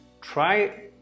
try